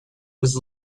was